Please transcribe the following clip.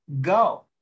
go